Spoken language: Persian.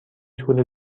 تور